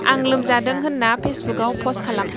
आं लोमजादों होनना फेसबुकआव पस्ट खालाम